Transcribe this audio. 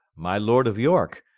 my lord of yorke,